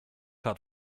hat